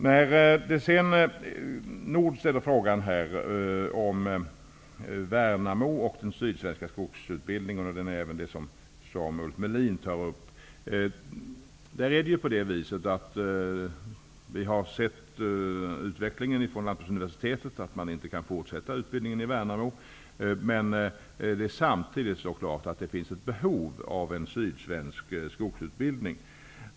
Nils Nordh ställde en fråga om Värnamo och den sydsvenska skogsutbildningen, och även Ulf Melin tog upp den. Utvecklingen inom Lantbruksuniversitetet innebär att man inte kan fortsätta med utbildningen i Värnamo, men samtidigt står det klart att det finns behov av en sydsvensk skogsutbildning.